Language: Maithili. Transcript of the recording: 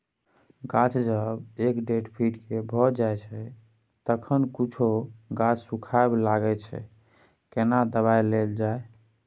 गाछ जब एक डेढ फीट के भ जायछै तखन कुछो गाछ सुखबय लागय छै केना दबाय देल जाय?